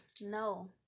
no